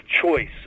choice